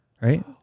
Right